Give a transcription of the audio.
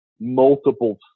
multiple